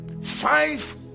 Five